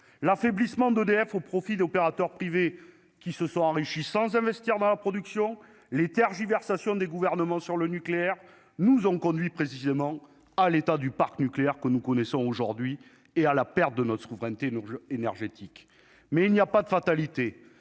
l'affaiblissement d'EDF au profit d'opérateurs privés qui se sont enrichis sans investir dans la production, les tergiversations du gouvernement sur le nucléaire, nous ont conduit précisément à l'état du parc nucléaire que nous connaissons aujourd'hui, et à la perte de notre souveraineté nous énergétique mais il n'y a pas de fatalité,